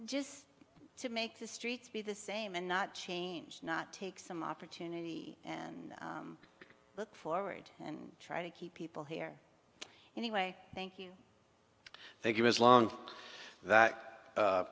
just to make the streets be the same and not change not take some opportunity and look forward and try to keep people here anyway thank you thank you ms long that